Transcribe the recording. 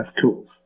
tools